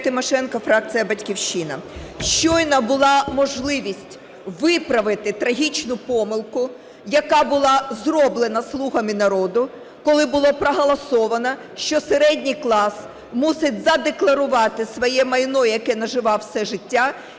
Тимошенко, фракція "Батьківщина". Щойно була можливість виправити трагічну помилку, яка була зроблена "слугами народу", коли було проголосовано, що середній клас мусить задекларувати своє майно, яке наживав все життя,